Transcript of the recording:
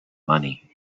money